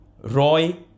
Roy